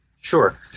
Sure